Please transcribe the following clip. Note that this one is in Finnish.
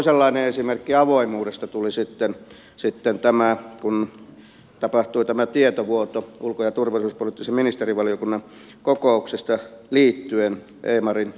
toisenlainen esimerkki avoimuudesta tuli sitten tästä kun tapahtui tämä tietovuoto ulko ja turvallisuuspoliittisen ministerivaliokunnan kokouksesta liittyen ämarin ilmaharjoitukseen